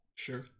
sure